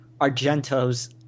argento's